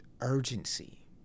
urgency